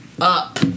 Up